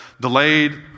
delayed